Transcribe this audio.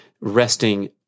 resting